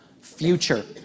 future